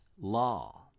law